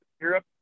Europe